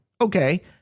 okay